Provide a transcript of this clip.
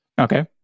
Okay